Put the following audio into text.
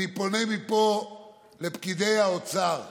אני פונה מפה לפקידי האוצר: